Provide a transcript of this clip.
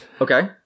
Okay